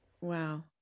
Wow